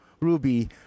Ruby